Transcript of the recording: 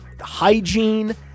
Hygiene